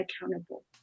accountable